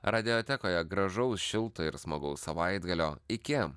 radiotekoje gražaus šilto ir smagaus savaitgalio iki